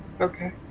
Okay